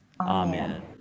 Amen